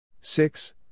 Six